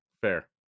Fair